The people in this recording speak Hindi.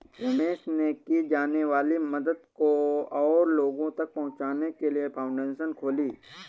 रमेश ने की जाने वाली मदद को और लोगो तक पहुचाने के लिए फाउंडेशन खोली